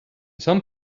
some